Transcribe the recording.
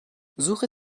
suche